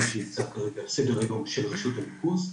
שהצבנו כרגע על סדר היום של רשות הניקוז.